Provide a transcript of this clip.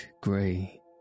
grey